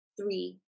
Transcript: three